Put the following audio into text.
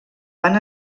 van